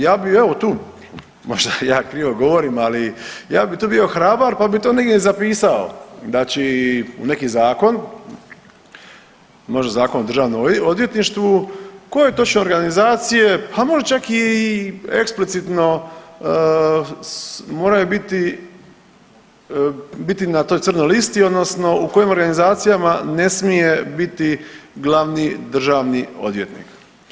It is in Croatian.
Ja bi evo tu možda ja krivo govorim, ali ja bi tu bio hrabar pa bi to negdje zapisao, znači u neki zakon, možda Zakon o državnom odvjetništvu koje točno organizacije, a možda čak i eksplicitno moraju biti, biti na toj crnoj listi odnosno u kojim organizacijama ne smije biti glavni državni odvjetnik.